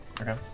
Okay